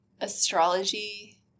astrology